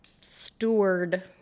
steward